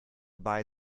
buy